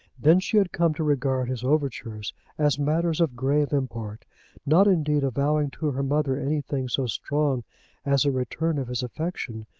then she had come to regard his overtures as matters of grave import not indeed avowing to her mother anything so strong as a return of his affection,